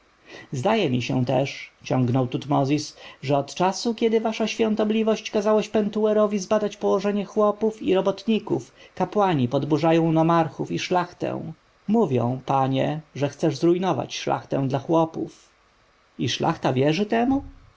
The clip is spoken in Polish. zdaje mi się też ciągnął tutmozis że od czasu kiedy wasza świątobliwość kazałeś pentuerowi zbadać położenie chłopów i robotników kapłani podburzają nomarchów i szlachtę mówią panie że chcesz zrujnować szlachtę dla chłopów i szlachta wierzy temu